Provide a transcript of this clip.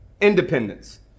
Independence